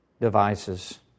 devices